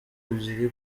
ebyiri